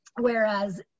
Whereas